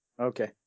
Okay